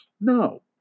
No